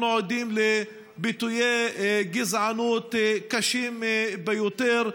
אנחנו עדים לביטויי גזענות קשים ביותר.